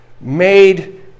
made